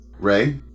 Ray